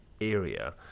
area